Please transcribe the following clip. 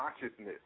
consciousness